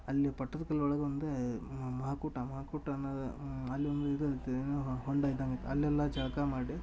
ಅಲ್ಲಿ ಪಟ್ಟದಕಲ್ಲೊಳಗ ಒಂದು ಮಹಾಕೂಟ ಮಹಾಕೂಟ ಅನ್ನು ಅಲ್ಲಿ ಒಂದು ಇದು ಐತಿ ಏನು ಹೊಂಡ ಇದ್ದಂಗಿತ್ತು ಅಲ್ಲೆಲ್ಲಾ ಜಳಕ ಮಾಡಿ